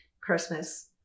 Christmas